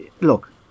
Look